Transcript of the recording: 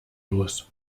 los